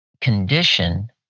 condition